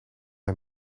hij